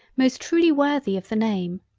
most truly worthy of the name.